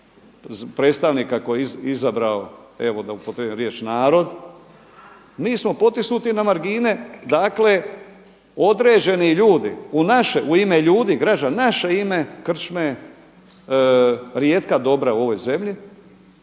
predstavnika koji je izabrao evo da upotrijebim riječ narod, mi smo potisnuti na margine dakle određeni ljudi u ime ljudi, građana, naše ime krčme rijetka dobra u ovoj zemlji.